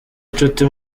inshuti